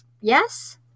Yes